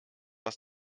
was